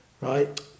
right